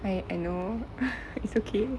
I I know it's okay